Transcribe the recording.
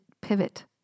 pivot